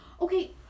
okay